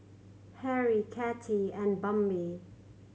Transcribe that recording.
Harrie Katy and Bambi